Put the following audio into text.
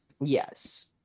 Yes